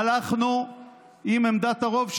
הלכנו עם עמדת הרוב,